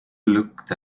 looked